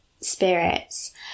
spirits